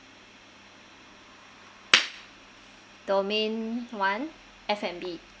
domain one F and B